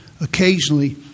occasionally